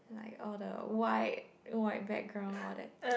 like all the white white background all that uh